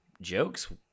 jokes